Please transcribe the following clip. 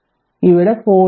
അതിനാൽ ഇവിടെ 0